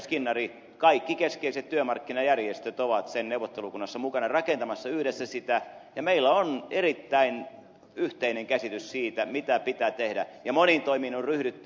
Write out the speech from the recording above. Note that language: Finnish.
skinnari kaikki keskeiset työmarkkinajärjestöt ovat sen neuvottelukunnassa mukana rakentamassa yhdessä sitä ja meillä on erittäin yhteinen käsitys siitä mitä pitää tehdä ja moniin toimiin on ryhdytty